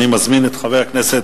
אני מזמין את חבר הכנסת